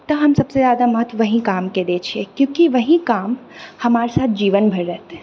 तऽ हम सबसँ जादा महत्व ओएह कामके दए छिऐ क्यूँकि ओएह काम हमर साथ जीवन भरि रहतै